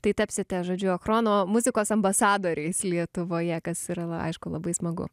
tai tapsite žodžiu achrono muzikos ambasadoriais lietuvoje kas yra aišku labai smagu